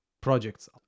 projects